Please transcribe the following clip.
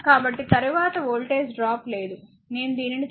కాబట్టి తరువాత voltage drop లేదు నేను దీనిని చూస్తాను